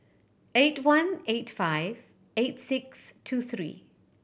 eight one eight five eight six two three